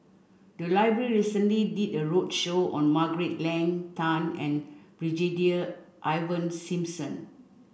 the library recently did a roadshow on Margaret Leng Tan and Brigadier Ivan Simson